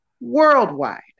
worldwide